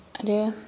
आरो